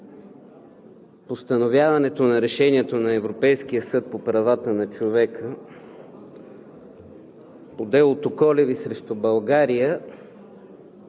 постановяването на Решението на Европейския съд по правата на човека по делото „Колеви срещу България“